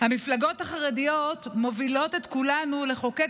המפלגות החרדיות מובילות את כולנו לחוקק